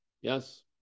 Yes